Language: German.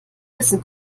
wissen